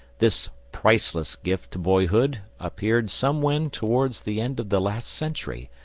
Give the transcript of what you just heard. this priceless gift to boyhood appeared somewhen towards the end of the last century,